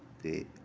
ते